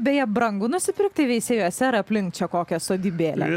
beje brangu nusipirkti veisiejuose ar aplink čia kokią sodybėlę